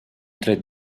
tret